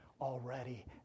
already